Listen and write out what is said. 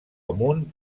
amunt